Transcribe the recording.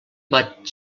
vaig